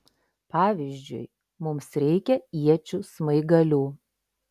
pavyzdžiui mums reikia iečių smaigalių